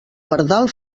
pardal